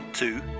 Two